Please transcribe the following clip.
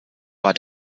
war